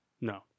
No